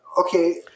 okay